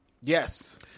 Yes